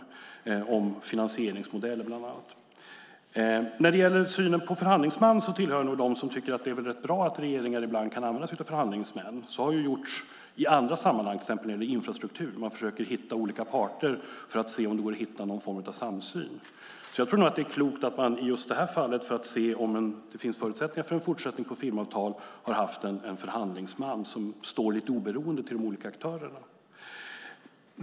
Det gäller bland annat finansieringsmodellen. När det gäller synen på förhandlingsman tillhör jag dem som tycker att det är rätt bra att regeringar ibland kan använda sig av förhandlingsman. Så har gjorts i andra sammanhang, till exempel när det gäller infrastruktur. Man försöker hitta olika parter för att se om det går att finna någon form av samsyn. Jag tror nog att det är klokt att man just i det här fallet har haft en förhandlingsman som står i ett oberoende till de olika aktörerna för att se om det finns förutsättningar på en fortsättning på ett filmavtal.